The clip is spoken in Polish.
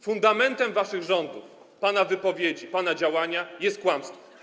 Fundamentem waszych rządów, pana wypowiedzi, pana działania jest kłamstwo.